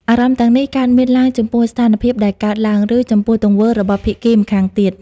អារម្មណ៍ទាំងនេះកើតមានឡើងចំពោះស្ថានភាពដែលកើតឡើង ឬចំពោះទង្វើរបស់ភាគីម្ខាងទៀត។